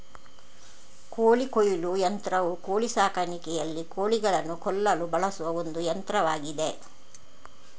ಕೋಳಿ ಕೊಯ್ಲು ಯಂತ್ರವು ಕೋಳಿ ಸಾಕಾಣಿಕೆಯಲ್ಲಿ ಕೋಳಿಗಳನ್ನು ಕೊಲ್ಲಲು ಬಳಸುವ ಒಂದು ಯಂತ್ರವಾಗಿದೆ